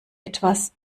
etwas